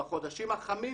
בחודשים החמים